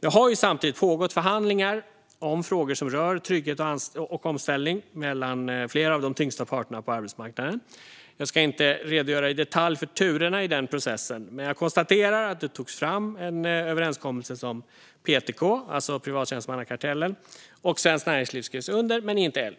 Det har samtidigt pågått förhandlingar om frågor som rör trygghet och omställning mellan flera av de tyngsta parterna på arbetsmarknaden. Jag ska inte redogöra i detalj för turerna i den processen. Men jag konstaterar att det togs fram en överenskommelse som PTK, alltså Privattjänstemannakartellen, och Svenskt Näringsliv skrev under men inte LO.